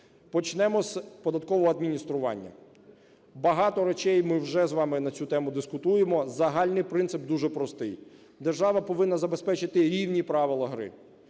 Почнемо з податкового адміністрування. Багато речей… Ми вже з вами на цю дискутуємо, загальний принцип дуже простий: держава повинна забезпечити рівні правила гри.